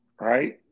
right